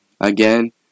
Again